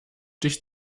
dich